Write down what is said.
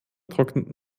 trocknet